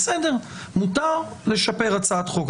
בסדר, מותר לשפר הצעת חוק.